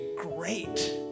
great